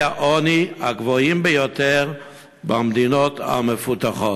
העוני הגבוהים ביותר במדינות המפותחות.